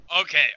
okay